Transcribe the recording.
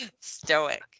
Stoic